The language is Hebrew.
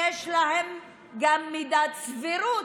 יש להם גם מידת סבירות,